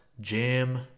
jam